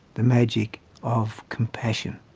the magic of compassion.